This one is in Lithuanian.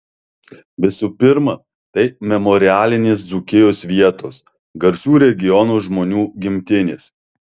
visų pirma tai memorialinės dzūkijos vietos garsių regiono žmonių gimtinės